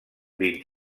vint